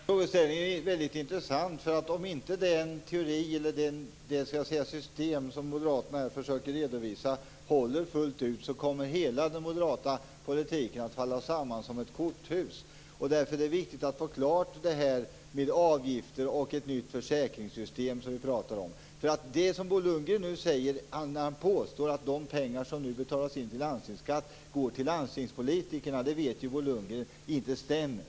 Herr talman! Det här är mycket intressant. Om inte det system fullt ut håller som Moderaterna här försöker redovisa, kommer hela den moderata politiken att falla samman som ett korthus. Därför är det viktigt att bringa klarhet i detta med avgifter och ett nytt försäkringssystem av det slag som vi här talar om. Bo Lundgren påstår att de pengar som nu betalas in i landstingsskatt går till landstingspolitikerna. Bo Lundgren vet att det inte stämmer.